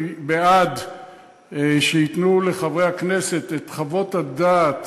אני בעד שייתנו לחברי הכנסת את חוות הדעת